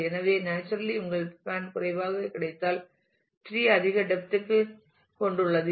எனவே நேச்சுரலி உங்கள் பேன் குறைவாக கிடைத்தால் டிரீ அதிக டெப்த் ஐ கொண்டுள்ளது